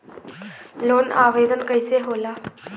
Loan आवेदन कैसे होला?